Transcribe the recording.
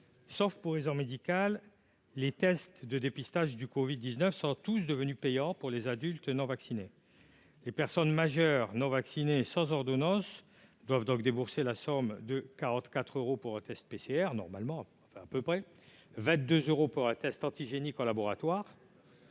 sauf pour raison médicale, les tests de dépistage de la covid-19 sont tous devenus payants pour les adultes non vaccinés. Les personnes majeures non vaccinées et sans ordonnance doivent débourser la somme minimale de 44 euros pour un test PCR, 22 euros pour un test antigénique en laboratoire,